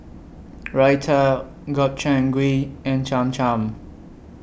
Raita Gobchang Gui and Cham Cham